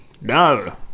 no